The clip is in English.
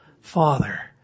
Father